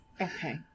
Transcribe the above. Okay